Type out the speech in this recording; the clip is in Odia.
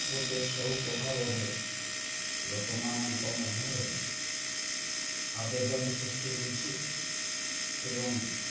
ଗୋଟିଏ ସଉକ ଭାବରେ ଲୋକମାନଙ୍କ ମଧ୍ୟରେ ଆବେଦନ ସୃଷ୍ଟି ହେଇଛି ଏବଂ